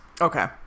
okay